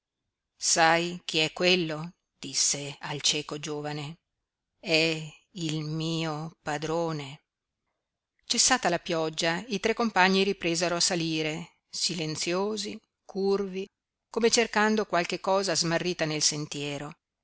sai chi è quello disse al cieco giovane è il mio padrone cessata la pioggia i tre compagni ripresero a salire silenziosi curvi come cercando qualche cosa smarrita nel sentiero